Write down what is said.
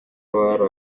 abari